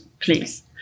Please